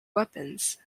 weapons